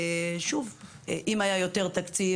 אם היה יותר תקציב,